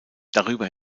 darüber